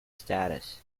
status